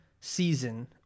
season